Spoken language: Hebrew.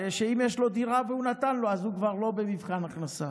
שאם יש לו דירה והוא נתן לו אז הוא כבר לא במבחן הכנסה.